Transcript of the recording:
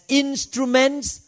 instruments